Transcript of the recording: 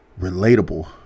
relatable